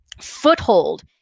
foothold